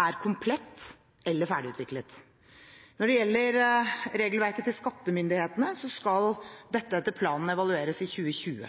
er komplett eller ferdigutviklet. Når det gjelder regelverket til skattemyndighetene, skal dette etter planen evalueres i 2020.